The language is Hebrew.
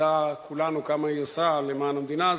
נדע כולנו כמה היא עושה למען המדינה הזאת,